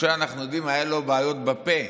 אנחנו יודעים שלמשה היו בעיות בפה,